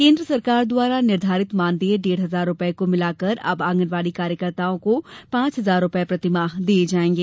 केन्द्र सरकार द्वारा निर्धारित मानदेय डेढ़ हजार रूपये को मिलाकर अब आंगनवाड़ी कार्यकर्ताओं को पांच हजार रूपये प्रतिमाह दिये जायेंगे